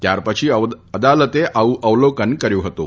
ત્યાર પછી અદાલતે આવું અવલોકન કર્યું હતું